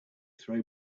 throw